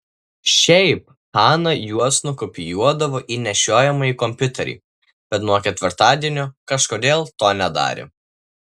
šiaip hana juos nukopijuodavo į nešiojamąjį kompiuterį bet nuo ketvirtadienio kažkodėl to nedarė